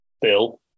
bill